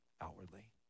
outwardly